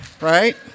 Right